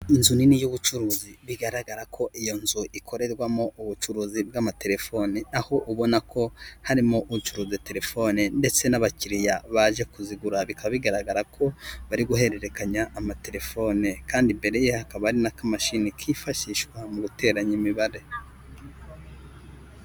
Inzu nini y'ubucuruzi bigaragara ko iyo nzu ikorerwamo ubucuruzi bw'amatelefoni, aho ubona ko harimo ucuruza telefone ndetse n'abakiriya baje kuzigura, bikaba bigaragara ko bari guhererekanya amatelefone kandi imbere ye hakaba hari n'akamashini kifashishwa mu guteranya imibare.